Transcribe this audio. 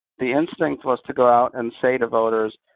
the instinct was to go out and say to voters,